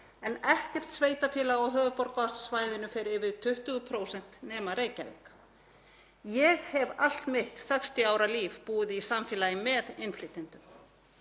en ekkert sveitarfélag á höfuðborgarsvæðinu fer yfir 20% nema Reykjavík. Ég hef allt mitt sextíu ára líf búið í samfélagi með innflytjendum.